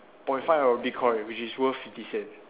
point five of bitcoin which is worth fifty cents